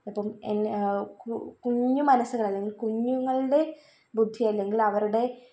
ഇപ്പം എന്നെ കു കുഞ്ഞ് മനസ്സുകളിൽ അല്ലെങ്കിൽ കുഞ്ഞുങ്ങളുടെ ബുദ്ധിയല്ലെങ്കിൽ അവരുടെ